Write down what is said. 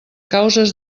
causes